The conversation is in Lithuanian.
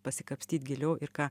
pasikapstyt giliau ir ką